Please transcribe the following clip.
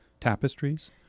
tapestries